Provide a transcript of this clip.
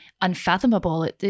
unfathomable